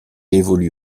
évolue